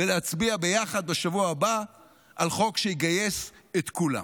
ולהצביע ביחד בשבוע הבא על חוק שיגייס את כולם.